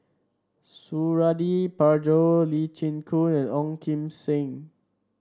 Suradi Parjo Lee Chin Koon and Ong Kim Seng